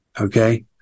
okay